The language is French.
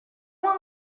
moi